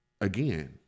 Again